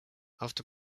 after